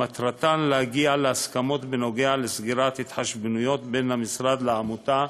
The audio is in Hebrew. שמטרתן להגיע להסכמות בנושא סגירת ההתחשבנויות בין המשרד לעמותה,